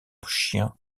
chien